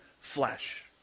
flesh